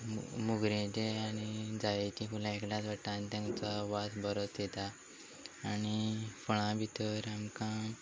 म मोगऱ्यांचें आनी जायेचीं फुलां एकदाच वाडटा आनी तांचो वास बरोच येता आनी फळां भितर आमकां